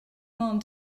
ond